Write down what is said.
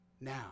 now